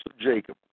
Jacob